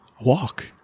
Walk